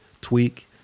tweak